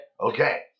Okay